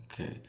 Okay